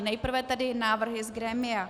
Nejprve tedy návrhy z grémia.